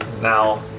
Now